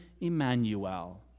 Emmanuel